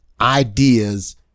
ideas